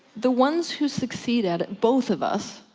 the ones who succeed at it, both of us,